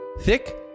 Thick